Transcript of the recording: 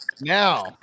now